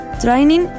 Training